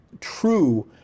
true